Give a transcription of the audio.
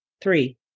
Three